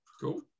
cool